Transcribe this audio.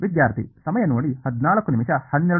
primed